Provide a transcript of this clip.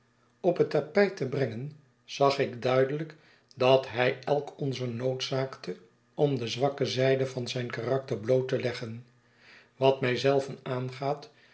op het tapijt te brengen zag ik duidelijk dat hij elk onzer noodzaakte om de zwakke zijde van zijn karakter bloot te leggen wat mij zelven aangaat